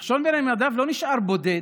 נחשון בן עמינדב לא נשאר בודד.